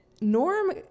Norm